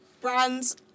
brands